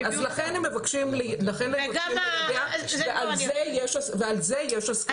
לכן הם מבקשים ליידע בחקיקה ועל זה יש הסכמה.